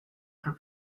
for